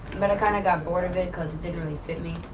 but i kind of got bored of it cause it didn't really fit me,